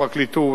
הפרקליטות,